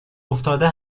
افتاده